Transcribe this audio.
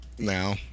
Now